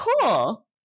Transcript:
cool